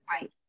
Right